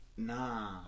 Nah